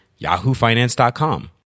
yahoofinance.com